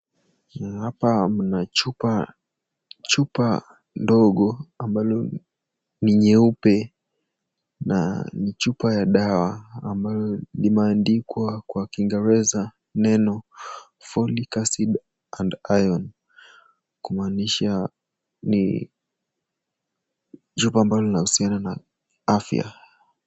Naona hapa mna chupa, chupa ndogo ambalo ni nyeupe, na ni chupa la dawa ambalo limeandikwa kwa kingereza Neno. Folic acid and iron . Kumaanisha ni chupa linalohusiana na afya.